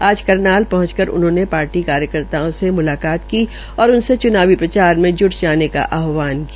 आज करनाल पहुंचकर उन्होंने पार्टी कार्यकर्ताओं से मुलाकात की और उनसे च्नावी प्रचार से जुट जाने का आहवान किया